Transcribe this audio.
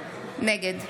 נגד